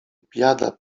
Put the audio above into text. biada